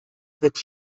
wird